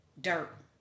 dirt